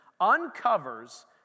uncovers